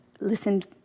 listened